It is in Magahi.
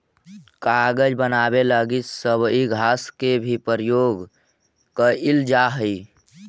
कागज बनावे लगी सबई घास के भी प्रयोग कईल जा हई